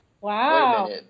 Wow